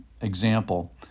example